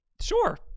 sure